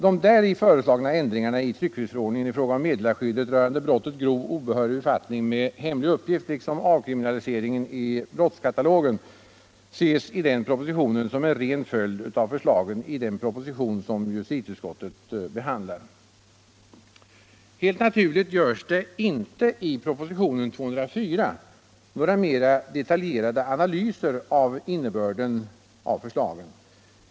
De däri föreslagna ändringarna i tryckfrihetsförordningen i fråga om meddelarskyddet rörande brottet grov obehörig befattning med hemlig uppgift liksom avkriminaliseringen i brottskatalogen ses i den propositionen som en ren följd av förslagen i den proposition som justitieutskottet behandlar. Helt naturligt görs det inte i propositionen 204 några mera detaljerade analyser av innebörden av förslagen.